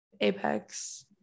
Apex